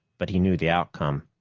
but he knew the outcome.